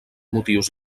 motius